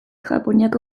japoniako